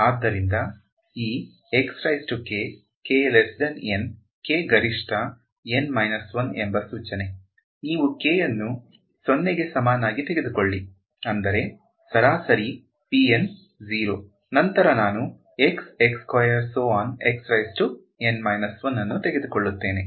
ಆದ್ದರಿಂದಈ k ಗರಿಷ್ಠ N 1 ಎಂಬ ಸೂಚನೆ ನೀವು k ಅನ್ನು 0 ಗೆ ಸಮನಾಗಿ ತೆಗೆದುಕೊಳ್ಳಿ ಅಂದರೆ ಸರಾಸರಿ 0 ನಂತರ ನಾನು ಅನ್ನು ತೆಗೆದುಕೊಳ್ಳುತ್ತೇನೆ